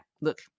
look